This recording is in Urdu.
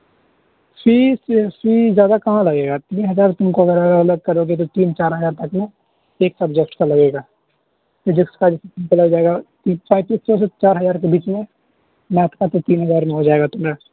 فیس فیس زیادہ کہاں لگے گا تین ہزار تم کو اگر الگ الگ کرو گے تو تین چار ہزار تک میں ایک سبجیکٹ کا لگے گا فزکس کا لگ جائے گا سینتیس سو سے چار ہزار کے بیچ میں میتھ کا تو تین ہزار میں ہو جائے گا تمہیں